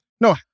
No